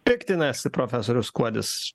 piktinasi profesorius kuodis